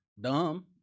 dumb